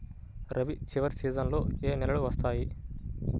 రబీ చివరి సీజన్లో ఏ నెలలు వస్తాయి?